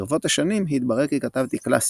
ברבות השנים, התברר כי כתבתי 'קלאסיקה'."